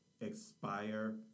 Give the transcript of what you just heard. expire